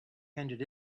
handed